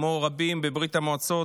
כמו רבים בברית המועצות,